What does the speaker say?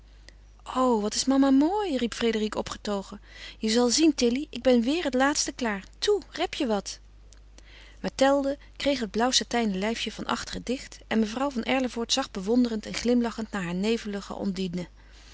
o wat is mama mooi riep frédérique opgetogen je zal zien tilly ik ben weêr het laatste klaar toe rep je wat mathilde reeg het blauw satijnen lijfje van achteren dicht en mevrouw van erlevoort zag bewonderend en glimlachend naar haar